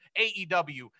AEW